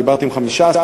דיברתי עם 15,